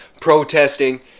protesting